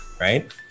Right